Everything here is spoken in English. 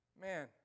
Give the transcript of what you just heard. Man